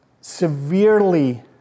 severely